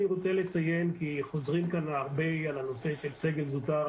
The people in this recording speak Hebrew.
אני רוצה לציין כי חוזרים כאן הרבה על הנושא של סגל זוטר.